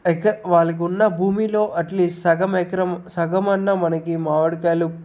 వాళ్ళకు ఉన్న భూమిలో అట్లీస్ట్ సగం ఎకరం సగమన్న మనకి మావిడికాయలు